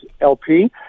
LP